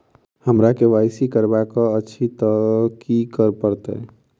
हमरा केँ Y C करेवाक अछि तऽ की करऽ पड़तै?